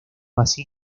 así